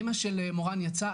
אימא של מורן יצאה,